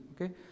okay